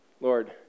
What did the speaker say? Lord